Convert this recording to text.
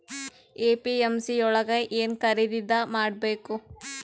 APMC ಯೊಳಗ ಏನ್ ಖರೀದಿದ ಮಾಡ್ಬೇಕು?